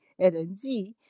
LNG